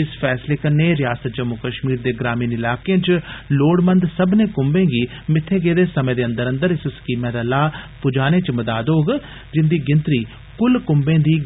इस फैसले कन्ने रियासत जम्मू कष्मीर दे ग्रामीण इलाकें च लोड़मंद सब्मनें कुन्बे गी मित्थे गेदे समें दे अंदर अंदर इस स्कीमां दा लाह पुजाने च मदाद होग जिंदी गिनत्री कुल कुन्वें दी